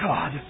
God